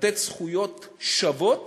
לתת זכויות שוות